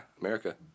america